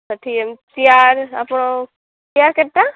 ଷାଠିଏ ଚେୟାର୍ ଆପଣ ଚେୟାର୍ କେତେଟା